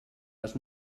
les